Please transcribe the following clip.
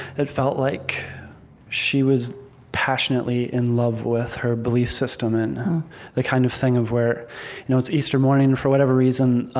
it felt like she was passionately in love with her belief system and the kind of thing of where you know it's easter morning, and for whatever reason